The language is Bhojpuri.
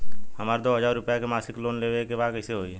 हमरा दो हज़ार रुपया के मासिक लोन लेवे के बा कइसे होई?